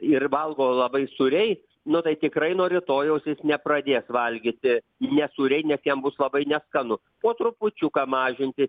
ir valgo labai sūriai nu tai tikrai nuo rytojaus jis nepradės valgyti nesūriai net jam bus labai neskanu po trupučiuką mažinti